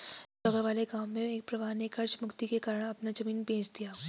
बगल वाले गांव में एक परिवार ने कर्ज मुक्ति के कारण अपना जमीन बेंच दिया